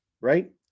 right